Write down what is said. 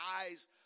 eyes